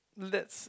that's